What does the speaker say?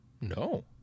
No